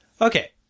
Okay